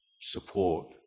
support